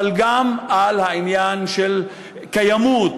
אבל גם על העניין של קיימות,